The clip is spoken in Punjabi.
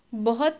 ਬਹੁਤ